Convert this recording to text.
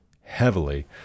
heavily